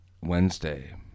Wednesday